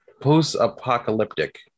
Post-apocalyptic